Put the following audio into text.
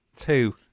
Two